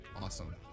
Awesome